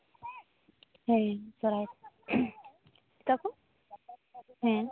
ᱦᱮᱸ ᱥᱚᱨᱟᱭ ᱚᱠᱟᱠᱚ ᱦᱮᱸ